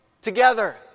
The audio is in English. together